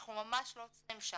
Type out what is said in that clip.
אנחנו ממש לא עוצרים שם.